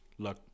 look